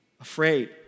afraid